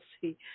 see